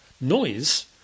noise